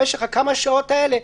במשך כמה השעות האלה,